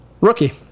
Rookie